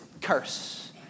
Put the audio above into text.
curse